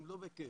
הם לא בקשר.